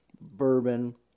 bourbon